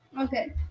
okay